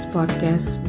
Podcast